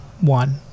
one